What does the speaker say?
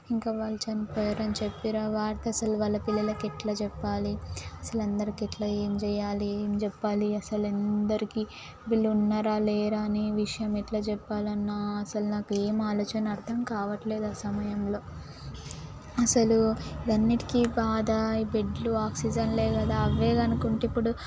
ఇంకా వాళ్ళు చనిపోయారు అని చెప్పిర్రు ఆ వార్త అసలు వాళ్ళ పిల్లలకు ఎలా చెప్పాలి అసలు అందరికి ఎలా ఏం చేయాలి ఏం చెప్పాలి అసలు అందరికీ వీళ్ళు ఉన్నారా లేరా అనే విషయం ఎట్ల చెప్పాలన్నా అసలు నాకు ఏమీ ఆలోచన అర్థం కావట్లేదు ఆ సమయంలో అసలు ఇవన్నీటికి బాధ ఈ బెడ్లు ఆక్సిజన్లే కదా అవే కనుక ఉంటే ఇప్పుడు